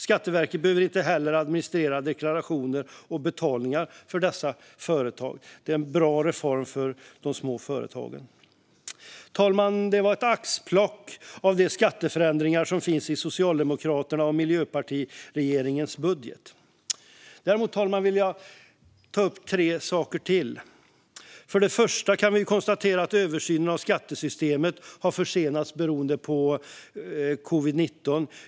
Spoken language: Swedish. Skatteverket behöver inte heller administrera deklarationer och betalningar för dessa företag. Det är en bra reform för de små företagen. Fru talman! Detta var ett axplock av de skatteförändringar som finns i den socialdemokratiska och miljöpartistiska regeringens budget. Jag vill ta upp tre saker till. För det första kan vi konstatera att översynen av skattesystemet har försenats beroende på covid-19.